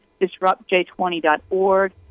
DisruptJ20.org